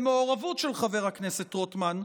במעורבות של חבר הכנסת רוטמן,